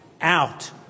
out